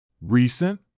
recent